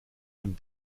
den